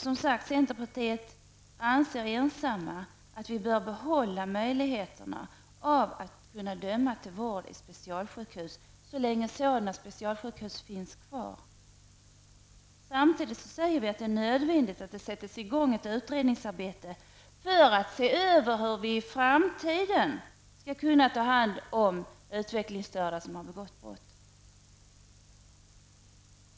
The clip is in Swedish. Vi i centerpartiet är ensamma om att anse att vi bör behålla möjligheterna att kunna döma till vård på specialsjukhus så länge sådana specialsjukhus finns kvar. Vi säger samtidigt att det är nödvändigt att det sätts i gång ett utredningsarbete för att se över hur vi i framtiden skall kunna ta hand om utvecklingsstörda som har begått brott.